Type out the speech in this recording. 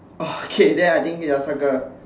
orh okay then I think ya circle